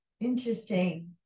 interesting